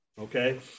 Okay